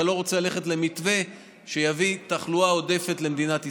אתה לא רוצה ללכת למתווה שיביא תחלואה עודפת למדינת ישראל,